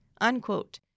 unquote